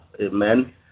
amen